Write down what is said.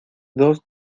dos